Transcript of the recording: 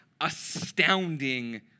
astounding